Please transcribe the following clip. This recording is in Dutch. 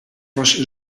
was